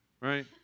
right